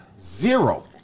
Zero